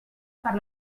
per